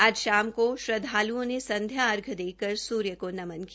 आज शाम श्रद्धालुओं ने संध्या अर्घ्य देकर सूर्य को नमन की